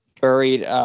buried –